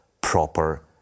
proper